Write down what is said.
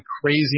crazy